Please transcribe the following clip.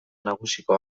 nagusiko